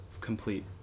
complete